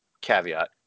caveat